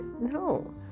no